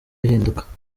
bihinduka